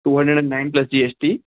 two hundred and nine plus G S T